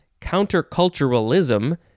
Counterculturalism